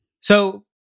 So-